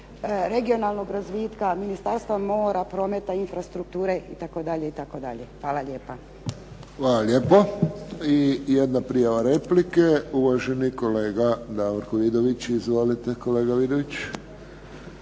regionalnog razvitka, Ministarstva mora, promet i infrastrukture itd. Hvala lijepa. **Friščić, Josip (HSS)** Hvala lijepo. I jedna prijava replike, uvaženi kolega Davorko Vidović. Izvolite, kolega Vidović.